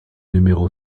numéro